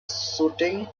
shooting